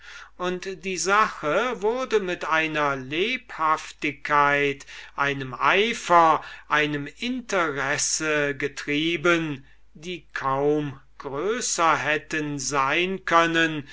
und die sache wurde mit einer lebhaftigkeit einem eifer einem interesse getrieben die kaum größer hätten sein können